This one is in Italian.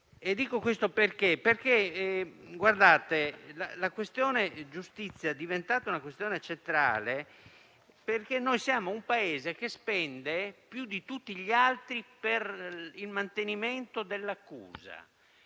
Dico questo perché la questione giustizia è diventata centrale in quanto siamo un Paese che spende più di tutti gli altri per il mantenimento dell'accusa